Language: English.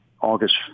August